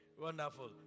Wonderful